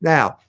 Now